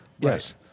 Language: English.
yes